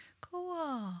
cool